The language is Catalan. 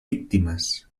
víctimes